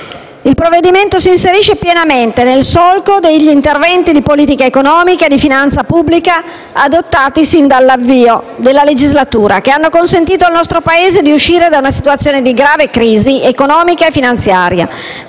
Il provvedimento si inserisce pienamente nel solco degli interventi di politica economica e di finanza pubblica adottati sin dall'avvio della legislatura che hanno consentito al nostro Paese di uscire da una situazione di grave crisi economica e finanziaria,